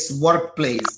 workplace